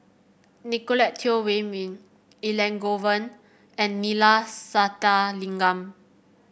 Nicolette Teo Wei Min Elangovan and Neila Sathyalingam